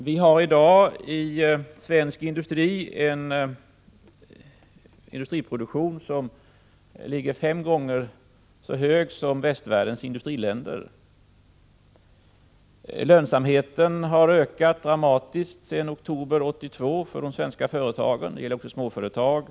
Vi har i dag i svensk industri en produktion som är fem gånger så hög som produktionen i västvärldens övriga industriländer. Lönsamheten för de svenska företagen har ökat dramatiskt sedan oktober 1982 — detta gäller även småföretagen.